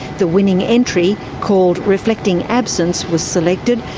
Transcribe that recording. the winning entry, called reflecting absence was selected,